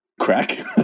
crack